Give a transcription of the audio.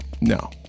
No